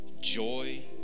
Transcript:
joy